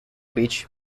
beach